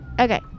okay